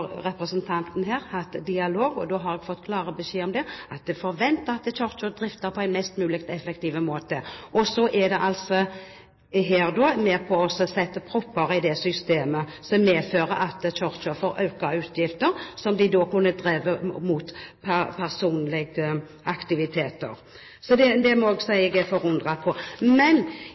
da har jeg fått klar beskjed om at man forventer at Kirken blir driftet på en mest mulig effektiv måte. Så er man her med på å sette propper i det systemet, som medfører at Kirken får økte utgifter – midler man ellers kunne ha brukt til personlige aktiviteter. Så det må jeg si at jeg er forundret over. Men